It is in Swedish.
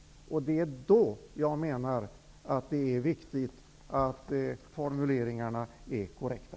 Då är det viktigt att formuleringarna är korrekta.